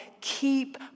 keep